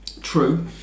true